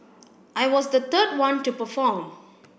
I was the third one to perform